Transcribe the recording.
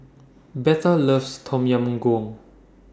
Betha loves Tom Yam Goong